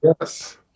Yes